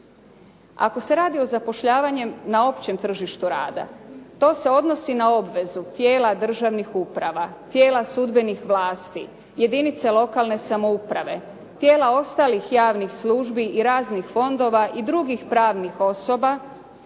Ako se radi o zapošljavanju na općem tržištu rada, to se odnosi na obvezu tijela državnih uprava, tijela sudbenih vlasti, jedinica lokalne samouprave, tijela ostalih javnih službi i raznih fondova i drugih pravnih osoba,